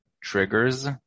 triggers